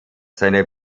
seine